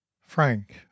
Frank